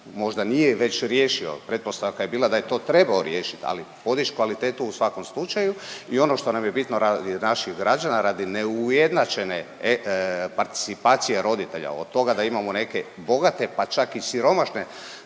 možda nije već riješio. Pretpostavka je bila da je to trebao riješiti, ali podići kvalitetu u svakom slučaju i ono što nam je bitno radi naših građana, radi neujednačene participacije roditelja od toga da imamo neke bogate, pa čak i siromašne